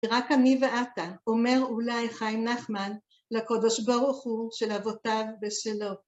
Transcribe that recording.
רק אני ואתה, אומר אולי חיים נחמן, לקדוש ברוך הוא של אבותיו בשלו.